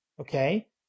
okay